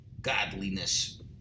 godliness